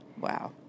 Wow